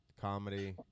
comedy